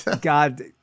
god